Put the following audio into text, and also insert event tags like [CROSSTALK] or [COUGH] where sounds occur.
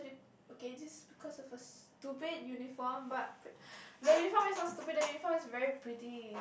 okay just because of a stupid uniform but [NOISE] the uniform is not stupid the uniform is very pretty